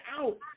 out